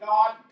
God